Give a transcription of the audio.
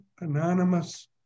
anonymous